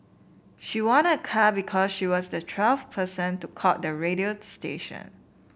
she won a car because she was the twelfth person to call the radio station